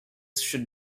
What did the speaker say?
should